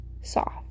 soft